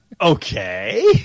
Okay